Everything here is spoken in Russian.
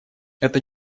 это